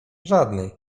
żadnej